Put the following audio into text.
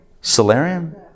Solarium